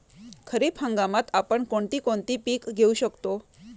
खरीप हंगामात आपण कोणती कोणती पीक घेऊ शकतो?